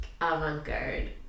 avant-garde